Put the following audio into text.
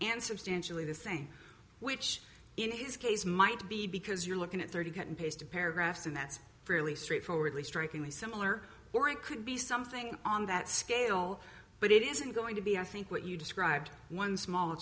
substantially the same which in his case might be because you're looking at thirty cut and pasted paragraphs and that's fairly straightforwardly strikingly similar or it could be something on that scale but it isn't going to be i think what you described one small